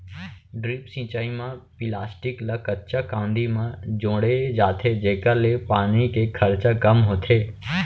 drip सिंचई म plastic ल कच्चा कांदी म जोड़े जाथे जेकर ले पानी के खरचा कम होथे